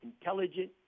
intelligent